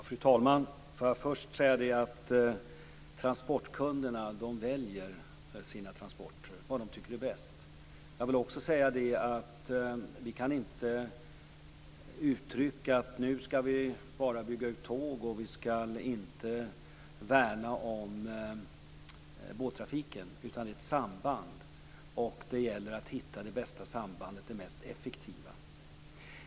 Fru talman! Får jag först säga att transportkunderna väljer sina transporter, de väljer vad de tycker är bäst. Jag vill också säga att vi kan inte uttrycka att nu skall vi bara bygga ut tåg, och vi skall inte värna om båttrafiken. Det är ett samband. Det gäller att hitta det bästa, mest effektiva, sambandet.